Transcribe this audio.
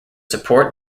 support